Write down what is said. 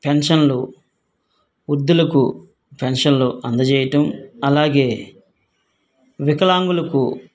పెన్షన్లు వృద్దుులకు పెన్షన్లు అందజేయటం అలాగే వికలాంగులకు